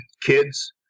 kids